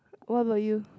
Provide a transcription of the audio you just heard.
what about you